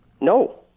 No